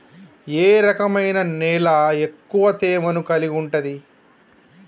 ఏ రకమైన నేల ఎక్కువ తేమను కలిగుంటది?